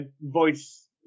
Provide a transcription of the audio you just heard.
voice